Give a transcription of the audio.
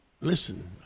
listen